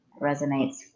Resonates